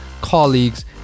colleagues